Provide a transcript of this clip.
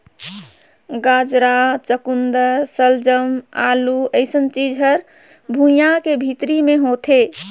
गाजरा, चकुंदर सलजम, आलू अइसन चीज हर भुइंयां के भीतरी मे होथे